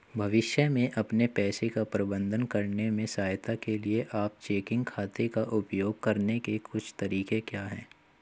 भविष्य में अपने पैसे का प्रबंधन करने में सहायता के लिए आप चेकिंग खाते का उपयोग करने के कुछ तरीके क्या हैं?